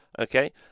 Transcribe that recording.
okay